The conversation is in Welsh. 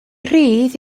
rhydd